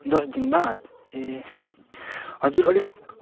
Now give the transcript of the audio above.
दस दिनबाद ए हजुर अलिक